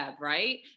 right